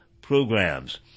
Programs